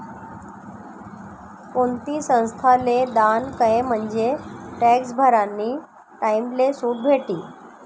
कोणती संस्थाले दान कयं म्हंजे टॅक्स भरानी टाईमले सुट भेटी